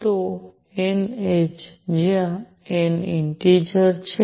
તો n h જ્યાં n integer છે